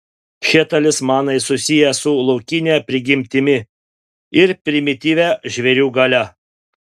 šie talismanai susiję su laukine prigimtimi ir primityvia žvėrių galia